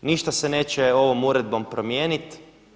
Ništa se neće ovom uredbom promijeniti.